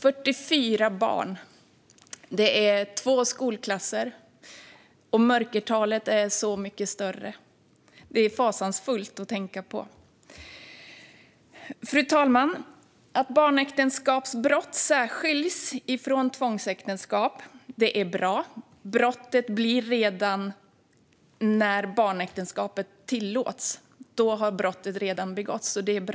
44 barn är två skolklasser, och mörkertalet är så mycket större. Det är fasansfullt att tänka på. Fru talman! Att barnäktenskapsbrott särskiljs från tvångsäktenskap är bra, för när ett barnäktenskap tillåts har brottet redan begåtts.